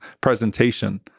presentation